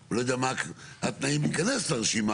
אני לא יודע מהם התנאים להיכנס לרשימה,